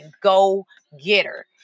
go-getter